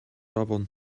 afon